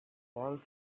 falls